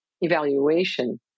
evaluation